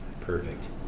Perfect